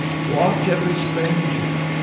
watch every stranger.